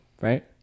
right